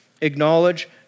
acknowledge